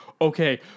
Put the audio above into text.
Okay